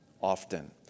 often